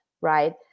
right